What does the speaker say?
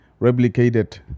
replicated